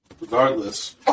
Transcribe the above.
Regardless